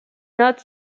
not